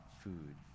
food